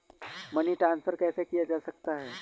Money transfer कैसे किया जा सकता है?